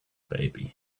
baby